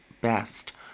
best